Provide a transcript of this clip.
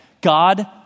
God